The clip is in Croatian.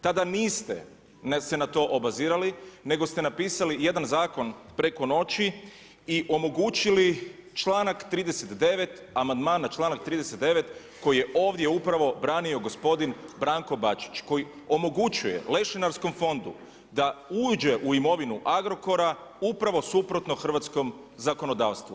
Tada niste se na to obazirali, nego ste napisali jedan zakon preko noći i omogućili članak 39. amandmana, članak 39. koji je ovdje upravo branio gospodin Branko Bačić koji omogućuje lešinarskom fondu da uđe u imovinu Agrokora, upravo suprotno hrvatskom zakonodavstvu.